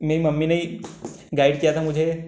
मेरी मम्मी ने ही गाइड किया था मुझे